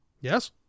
yes